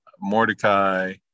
Mordecai